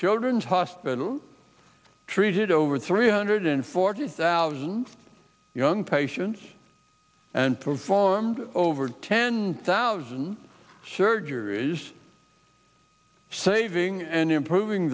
children's hospital treated over three hundred forty thousand young patients and performed over ten thousand surgeries saving and improving